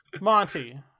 Monty